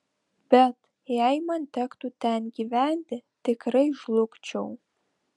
bet jei man tektų ten gyventi tikrai žlugčiau